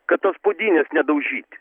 kad tos puodynės nedaužyti